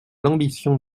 l’ambition